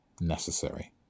necessary